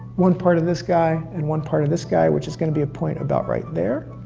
one part of this guy and one part of this guy, which is gonna be a point about right there.